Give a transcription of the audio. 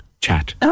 chat